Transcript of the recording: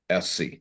SC